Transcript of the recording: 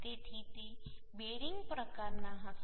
તેથી તે બેરિંગ પ્રકારના હશે